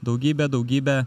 daugybę daugybę